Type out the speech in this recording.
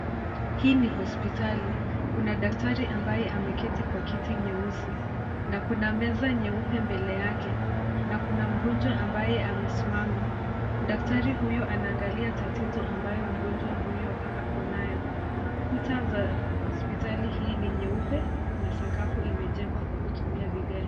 Hii ni hospitali. Kuna daktari ambaye ameketi kwa kiti nyeusi na kuna meza nyeupe mbele yake na kuna mgonjwa ambaye amesimama. Daktari huyo anaangalia tatizo ambayo mgonjwa huyo ako nayo. Kuta za hospitali hii ni nyeupe na sakafu imejengwa kwa kutumia vigae.